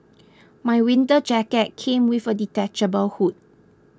my winter jacket came with a detachable hood